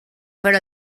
però